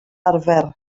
arfer